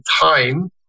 time